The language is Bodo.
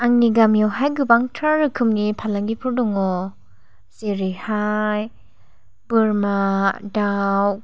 आंनि गामियावहाय गोबांथार रोखोमनि फालांगिफोर दङ जेरैहाय बोरमा दाव